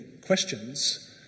questions